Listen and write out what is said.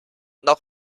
noch